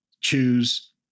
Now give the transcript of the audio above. choose